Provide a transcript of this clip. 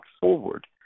forward